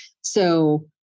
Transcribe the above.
So-